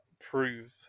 prove